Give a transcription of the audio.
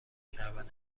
شهروند